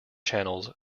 channels